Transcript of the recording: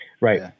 right